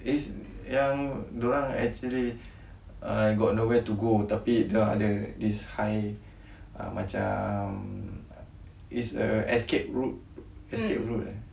it's yang diorang actually got no where to go tapi dah ada this high macam it's a escape route escape route eh